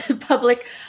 Public